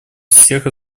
всех